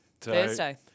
Thursday